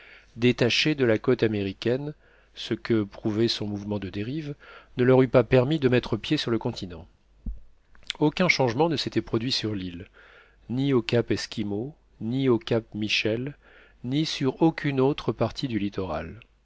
détaché de la côte américaine ce que prouvait son mouvement de dérive ne leur eût pas permis de mettre pied sur le continent aucun changement ne s'était produit sur l'île ni au cap esquimau ni au cap michel ni sur aucune autre partie du littoral